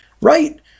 Right